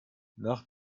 nach